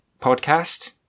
podcast